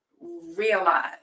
realize